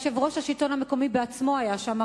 יושב-ראש השלטון המקומי עצמו היה שם,